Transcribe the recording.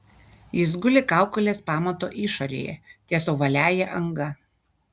jis guli kaukolės pamato išorėje ties ovaliąja anga